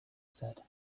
said